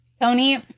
Tony